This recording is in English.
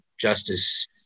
justice